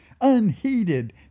unheeded